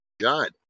God